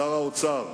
שר האוצר,